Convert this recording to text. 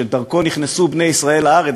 שדרכו נכנסו בני ישראל לארץ,